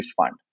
fund